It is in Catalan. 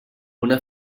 una